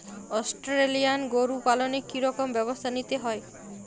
Australian গরু পালনে কি রকম ব্যবস্থা নিতে হয়?